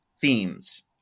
themes